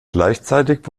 gleichzeitig